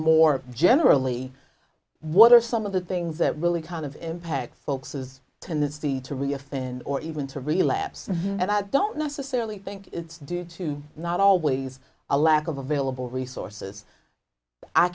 more generally what are some of the things that really kind of impact folks is a tendency to really a thin or even to relapse and i don't necessarily think it's due to not always a lack of available resources i